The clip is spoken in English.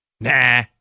Nah